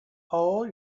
pole